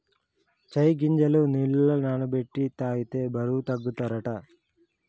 చై గింజలు నీళ్లల నాన బెట్టి తాగితే బరువు తగ్గుతారట